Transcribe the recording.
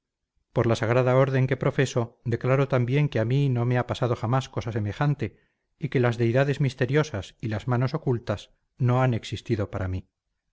por la sagrada orden que profeso declaro también que a mí no me ha pasado jamás cosa semejante y que las deidades misteriosas y las manos ocultas no han existido para mí